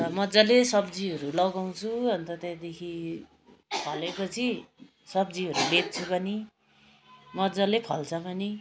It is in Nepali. अन्त मज्जाले सब्जीहरू लगाउँछु अन्त त्यहाँदेखि फले पछि सब्जीहरू बेच्छु पनि मज्जाले फल्छ पनि